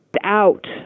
out